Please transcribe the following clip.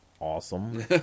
awesome